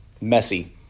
messy